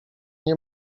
nie